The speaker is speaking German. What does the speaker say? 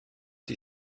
die